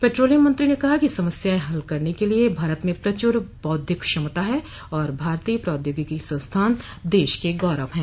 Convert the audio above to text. petroleum मंत्री ने कहा कि समस्याएं हल करने के लिए भारत में प्रच्र बौद्धिक क्षमता है और भारतीय प्रौद्योगिकी संस्थान देश के गौरव हैं